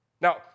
Now